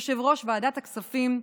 יושב-ראש ועדת הכספים,